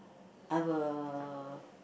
I'm a